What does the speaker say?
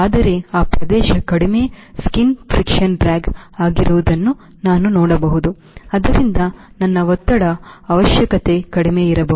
ಆದರೆ ಆ ಪ್ರದೇಶವು ಕಡಿಮೆ Skin friction ಡ್ರ್ಯಾಗ್ ಆಗಿರುವುದನ್ನು ನಾನು ನೋಡಬಹುದು ಆದ್ದರಿಂದ ನನ್ನ ಒತ್ತಡದ ಅವಶ್ಯಕತೆ ಕಡಿಮೆ ಇರಬಹುದು